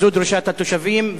זו דרישת התושבים.